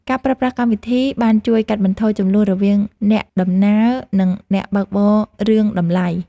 ការប្រើប្រាស់កម្មវិធី បានជួយកាត់បន្ថយជម្លោះរវាងអ្នកដំណើរ និងអ្នកបើកបររឿងតម្លៃ។